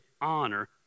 honor